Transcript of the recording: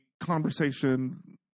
conversation